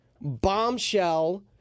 bombshell